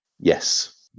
Yes